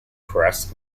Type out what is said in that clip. press